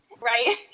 right